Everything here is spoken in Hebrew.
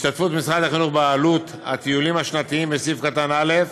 השתתפות משרד החינוך בעלות הטיולים השנתיים בסעיף קטן (א)